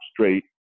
straight